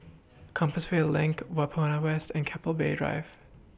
Compassvale LINK Whampoa West and Keppel Bay Drive